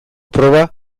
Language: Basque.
proba